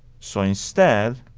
so instead,